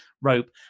rope